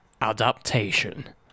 Adaptation